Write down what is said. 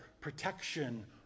protection